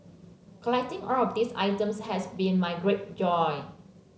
collecting all of these items has been my great joy